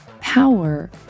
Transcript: power